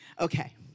Okay